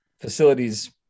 facilities